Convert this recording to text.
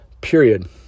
Period